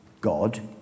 God